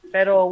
Pero